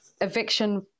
eviction